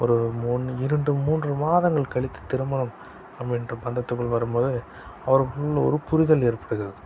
ஒரு மூண் இரண்டு மூன்று மாதங்கள் கழித்து திருமணம் அப்படின்ற பந்தத்துக்குள் வரும்போது அவர்களுக்குள் ஒரு புரிதல் ஏற்படுகிறது